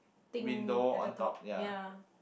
thing at the top ya